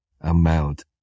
amount